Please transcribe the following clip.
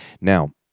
Now